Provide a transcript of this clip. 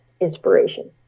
inspiration